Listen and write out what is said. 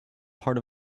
part